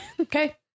Okay